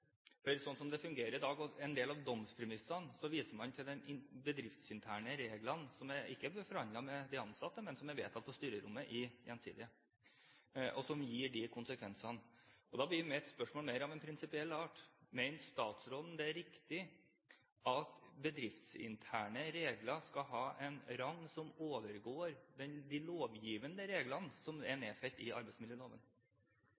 det fungerer i dag, viser man i en del av domspremissene til de bedriftsinterne reglene som ikke er framforhandlet med de ansatte, men som er vedtatt på styrerommet i Gjensidige, og som gir disse konsekvensene. Da blir mitt spørsmål mer av en prinsipiell art: Mener statsråden det er riktig at bedriftsinterne regler skal ha en rang som overgår de lovgivende reglene som er